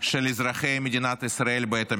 של אזרחי מדינת ישראל בעת המלחמה.